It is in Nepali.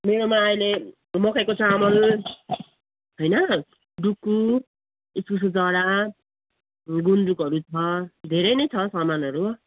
मेरोमा अहिले मकैको चामल होइन डुकु इस्कुसको जरा गुन्द्रुकहरू छ धेरै नै छ सामानहरू